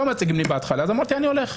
הם לא מציגים לי, אז אמרתי שאני הולך.